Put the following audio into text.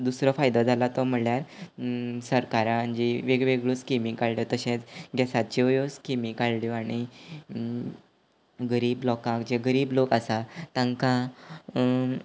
दुसरो फायदो जाला तो म्हणल्यार सरकारान जी वेग वेगळ्यो स्किमी काडल्या तशेंच गॅसाच्योय स्किमी काडल्यो आनी गरीब लोकांक जे गरीब लोक आसा तांकां